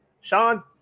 Sean